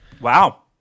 Wow